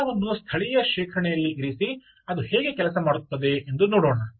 data ವನ್ನು ಸ್ಥಳೀಯ ಶೇಖರಣೆಯಲ್ಲಿ ಇರಿಸಿ ಅದು ಹೇಗೆ ಕೆಲಸ ಮಾಡುತ್ತದೆ ಎಂದು ನೋಡೋಣ